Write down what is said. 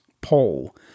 poll